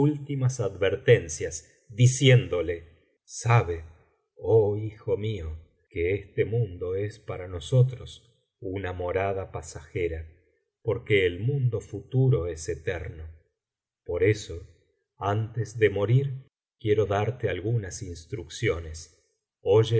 últimas advertencias diciéndole sabe oh hijo mío que este mundo es para nosotros una morada pasajera porque el mundo futuro es eterno por eso antes de morir quiero darte algunas instrucciones